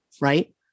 right